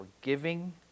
forgiving